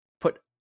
put